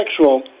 sexual